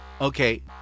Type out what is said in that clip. okay